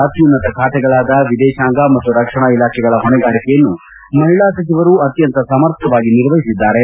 ಅತ್ಯುನ್ನತ ಖಾತೆಗಳಾದ ವಿದೇಶಾಂಗ ಮತ್ತು ರಕ್ಷಣಾ ಇಲಾಖೆಗಳ ಹೊಣೆಗಾರಿಕೆಯನ್ನು ಮಹಿಳಾ ಸಚಿವರು ಅತ್ಯಂತ ಸಮರ್ಥವಾಗಿ ನಿರ್ವಹಿಸಿದ್ದಾರೆ